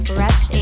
Fresh